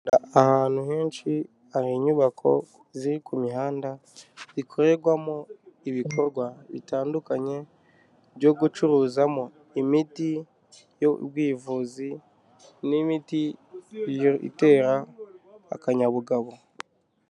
Ahantu henshi hari inyubako ziri ku mihanda zikorerwamo ibikorwa bitandukanye byo gucuruzamo imiti y'ubwivuzi n'imiti itera akanyabugabo.